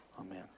amen